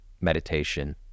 meditation